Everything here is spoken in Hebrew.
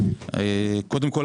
קודם כול,